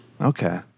Okay